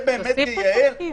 זה מייעל?